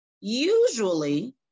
usually